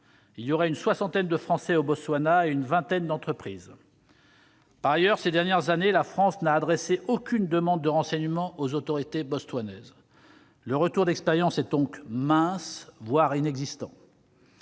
il y aurait une soixantaine de Français au Botswana et une vingtaine d'entreprises. Par ailleurs, au cours des dernières années, la France n'a adressé aucune demande de renseignements aux autorités botswanaises. Le retour d'expérience est donc mince, voire inexistant.